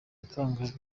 yatangaje